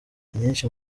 inyinshi